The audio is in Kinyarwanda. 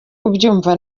kubyumva